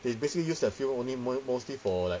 they basically use that field only mo~ mostly for like